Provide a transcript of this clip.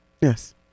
yes